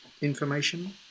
information